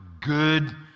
good